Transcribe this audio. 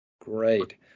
Great